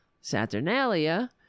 Saturnalia